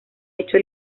hecho